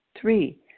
Three